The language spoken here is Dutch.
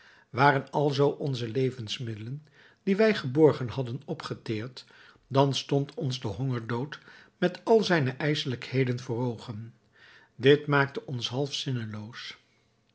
waren alzoo onze levensmiddelen die wij geborgen hadden opgeteerd dan stond ons de hongerdood met al zijne ijsselijkheden voor oogen dit maakte ons half zinneloos